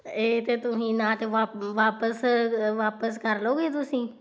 ਇਹ ਤਾਂ ਤੁਸੀਂ ਨਾ ਤਾਂ ਵਾਪ ਵਾਪਿਸ ਵਾਪਿਸ ਕਰ ਲੋਗੇ ਤੁਸੀਂ